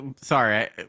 Sorry